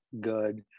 good